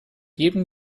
jedem